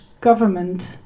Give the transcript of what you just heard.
government